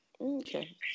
Okay